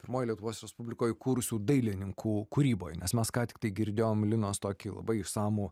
pirmoj lietuvos respublikoj kūrusių dailininkų kūryboj nes mes ką tiktai girdėjom linos tokį labai išsamų